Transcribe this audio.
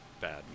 bad